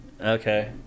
Okay